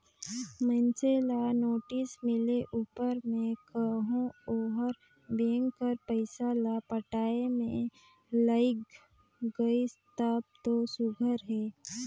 मइनसे ल नोटिस मिले उपर में कहो ओहर बेंक कर पइसा ल पटाए में लइग गइस तब दो सुग्घर अहे